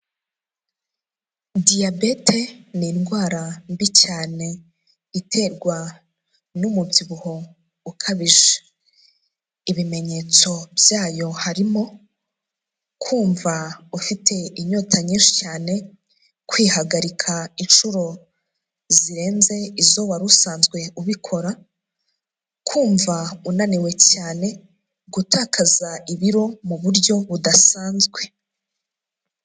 Diyabete ni indwara mbi cyane iterwa n'umubyibuho ukabije. Ibimenyetso byayo harimo kumva ufite inyota nyinshi cyane, kwihagarika inshuro zirenze izo wari usanzwe ubikora, kumva unaniwe cyane, gutakaza ibiro mu buryo budasanzwe.